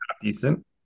decent